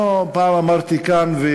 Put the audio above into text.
פעם אמרתי כאן,